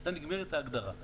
הייתה נגמרת ההגדרה,